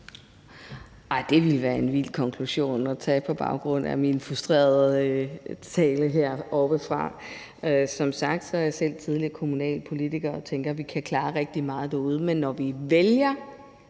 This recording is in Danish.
Nej, det ville være en vild konklusion at drage på baggrund af min frustrerede tale heroppefra. Som sagt er jeg selv tidligere kommunalpolitiker og tænker, at de kan klare rigtig meget derude. Men når vi vælger